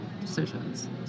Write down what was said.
decisions